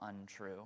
untrue